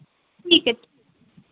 ठीक ऐ